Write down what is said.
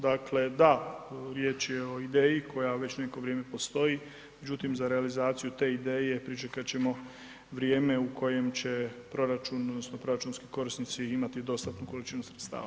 Dakle, da, riječ je o ideji koja već neko vrijeme postoji, međutim, za realizaciju te ideje pričekat ćemo vrijeme u kojem će proračun odnosno proračunski korisnici imati dostatnu količinu sredstava.